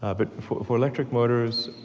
ah but for for electric motors,